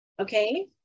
Okay